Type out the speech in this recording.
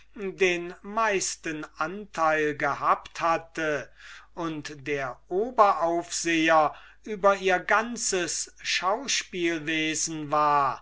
den meisten anteil gehabt hatte und der oberaufseher über ihr ganzes schauspielwesen war